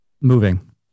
moving